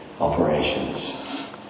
operations